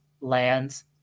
lands